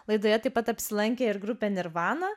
laidoje taip pat apsilankė ir grupė nirvana